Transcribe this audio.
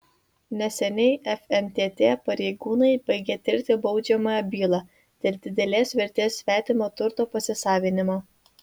neseniai fntt pareigūnai baigė tirti baudžiamąją bylą dėl didelės vertės svetimo turto pasisavinimo